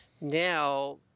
Now